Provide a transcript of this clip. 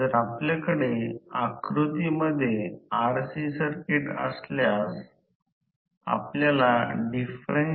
आता हे आकृती 6 रोटर सर्किट दर्शवते हे स्लिप s वर प्रेरित व्होल्टेज म्हणतात रोटर सर्किट आहे